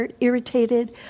irritated